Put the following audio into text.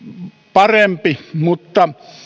parempi mutta